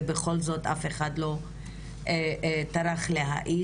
ובכל זאת אף אחד לא טרח להאיץ,